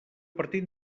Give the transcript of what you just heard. partit